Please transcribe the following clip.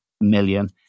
million